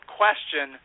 question